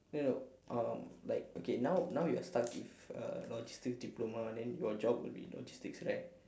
no no um like okay now now you are stuck with uh logistics diploma then your job will be logistics right